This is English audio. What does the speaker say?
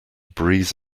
breeze